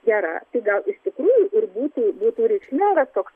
gera tai gal iš tikrųjų ir būtų būtų reikšmingas toks